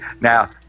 now